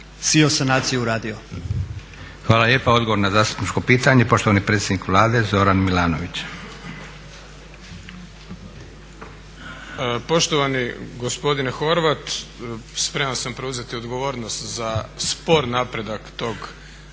Josip (SDP)** Hvala lijepo. Odgovor na zastupničko pitanje poštovani predsjednik Vlade Zoran Milanović. **Milanović, Zoran (SDP)** Poštovani gospodine Horvat, spreman sam preuzeti odgovornost za spor napredak tog